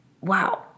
Wow